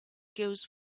goes